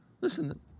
Listen